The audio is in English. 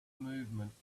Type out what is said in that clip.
movement